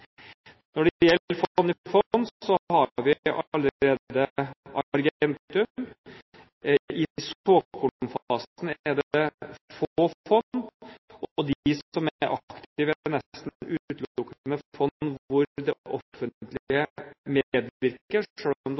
gjelder en fond-i-fond-struktur, har vi allerede Argentum. I såkornfasen er det få fond, og de som er aktive, er nesten utelukkende fond hvor det offentlige medvirker, selv om det